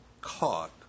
caught